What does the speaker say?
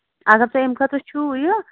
اَگر تۄہہِ اَمہِ خٲطرٕ چھُو یہِ